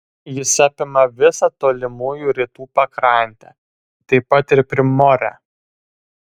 jis apima visą tolimųjų rytų pakrantę taip pat ir primorę